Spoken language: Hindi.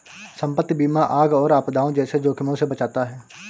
संपत्ति बीमा आग और आपदाओं जैसे जोखिमों से बचाता है